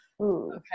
okay